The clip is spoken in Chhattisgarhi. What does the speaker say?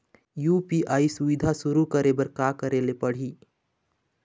यू.पी.आई सुविधा शुरू करे बर का करे ले पड़ही?